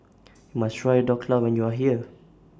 YOU must Try Dhokla when YOU Are here